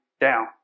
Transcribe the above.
down